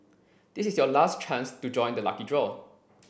this is your last chance to join the lucky draw